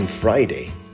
Friday